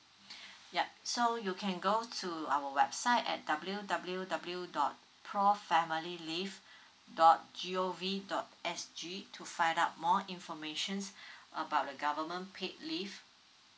yup so you can go to our website at W_W_W dot pro family leave dot G_O_V dot S_G to find out more information about the government paid leave